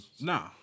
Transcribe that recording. Nah